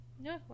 No